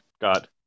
got